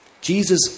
Jesus